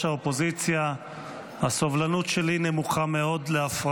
האופוזיציה הסבלנות שלי להפרעות נמוכה מאוד.